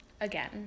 Again